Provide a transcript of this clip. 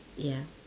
ya